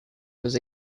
was